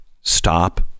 Stop